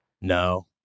No